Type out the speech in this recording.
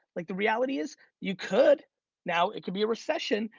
like the reality is you could now, it could be a recession,